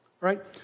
right